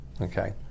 Okay